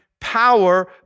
power